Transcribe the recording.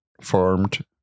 formed